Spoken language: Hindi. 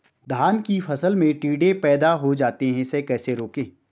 धान की फसल में टिड्डे पैदा हो जाते हैं इसे कैसे रोकें?